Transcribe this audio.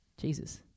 Jesus